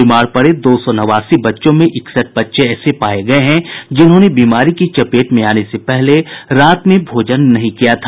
बीमार पड़े दो सौ नवासी बच्चों में इकसठ बच्चे ऐसे पाये गये हैं जिन्होंने बीमारी की चपेट में आने से पहले रात में भोजन नहीं किया था